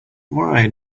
why